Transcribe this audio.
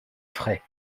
frais